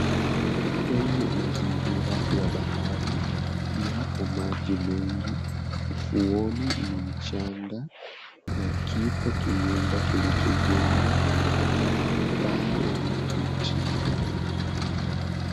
Kwenye mazingira ya bahari yapo maji mengi ufuoni ni mchanga na kipo kinyumba kilicho jengwa kwenyee paa la makuti.